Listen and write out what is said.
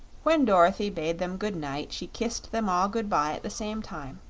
when dorothy bade them good-night, she kissed them all good-bye at the same time.